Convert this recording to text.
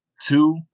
two